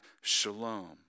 shalom